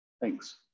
thanks